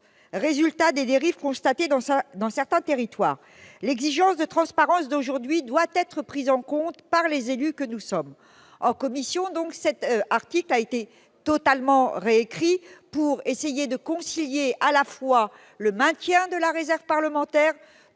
résultat des dérives constatées dans certains territoires. L'exigence de transparence d'aujourd'hui doit être prise en compte par les élus que nous sommes. En commission, cet article a été totalement réécrit pour concilier à la fois le maintien de la réserve parlementaire,